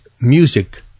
music